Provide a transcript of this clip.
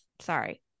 sorry